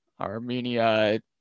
Armenia